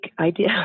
idea